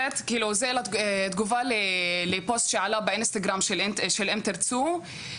תגובה לפוסט שעלה באינסטגרם של "אם תרצו".